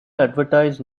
advertised